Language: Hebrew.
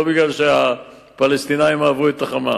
לא בגלל שהפלסטינים אהבו את ה"חמאס",